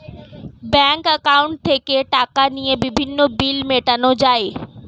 bank অ্যাকাউন্টে থেকে টাকা নিয়ে বিভিন্ন বিল মেটানো যায়